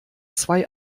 zwei